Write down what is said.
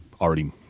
already